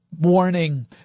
warning